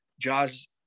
Jaws